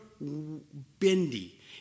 bendy